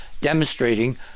demonstrating